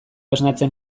esnatzen